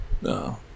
No